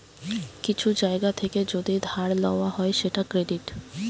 কিছু জায়গা থেকে যদি ধার লওয়া হয় সেটা ক্রেডিট